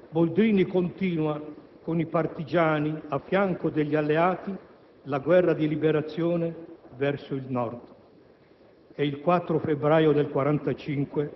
E da Ravenna Boldrini continua con i partigiani, a fianco degli alleati, la guerra di liberazione verso il Nord. Il 4 febbraio 1945,